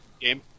game